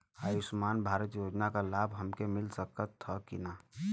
आयुष्मान भारत योजना क लाभ हमके मिल सकत ह कि ना?